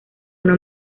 una